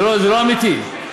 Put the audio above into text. זה לא אמיתי.